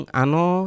ano